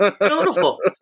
Beautiful